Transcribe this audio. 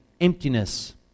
emptiness